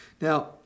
Now